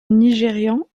nigérian